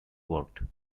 worked